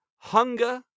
hunger